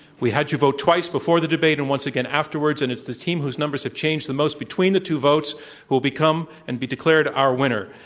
we had you vote twice before the debate and once again afterwards, and it's the team whose numbers have changed the most between the two votes who will become and be declared our winner.